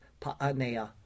Paanea